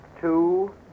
two